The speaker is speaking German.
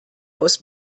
aus